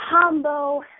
combo